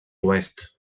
oest